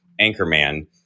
Anchorman